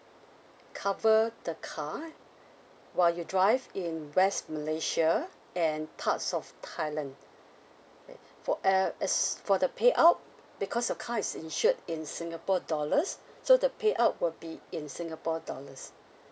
cover the car while you drive in west malaysia and parts of thailand uh for e~ as~ for the payout because your car is insured in singapore dollars so the payout will be in singapore dollars